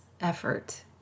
effort